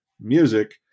music